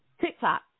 TikTok